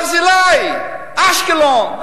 "ברזילי" באשקלון,